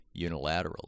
unilaterally